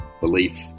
belief